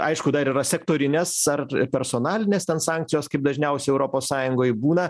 aišku dar yra sektorinės ar personalinės ten sankcijos kaip dažniausiai europos sąjungoj būna